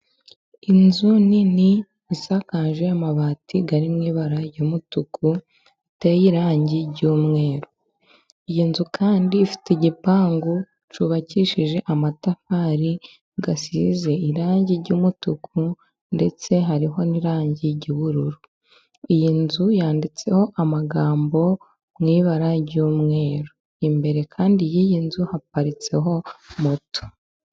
Inzu nini isakaje amabati ari mu ibara ry'umutuku, iteye irangi ry'umweru. Iyi nzu kandi ifite igipangu cyubakishije amatafari asize irangi ry'umutuku ndetse hari ho n'irangi ry'ubururu. Iyi nzu yanditseho amagambo mu ibara ry'umweru. Imbere kandi y'iyi nzu haparitseho moto.